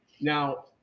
now